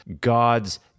God's